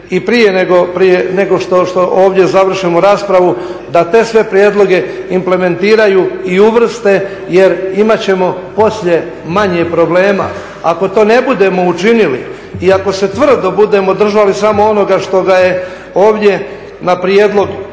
i prije nego što ovdje završimo raspravu, da te sve prijedloge implementiraju i uvrste jer imat ćemo poslije manje problema. Ako to ne budemo učinili i ako se tvrdo budemo držali samo onoga što ga je ovdje na prijedlog